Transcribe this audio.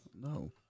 No